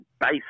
base